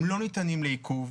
הם לא ניתנים לעיכוב,